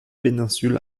péninsule